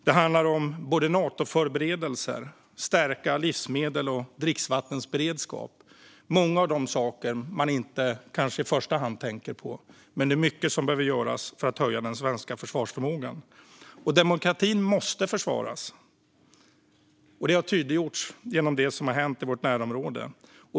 Det handlar om både Natoförberedelser och att stärka livsmedels och dricksvattenberedskap - många saker som kanske inte är sådant man tänker på i första hand, men det är mycket som behöver göras för att höja den svenska försvarsförmågan. Demokratin måste försvaras, vilket har tydliggjorts genom det som har hänt i vårt närområde.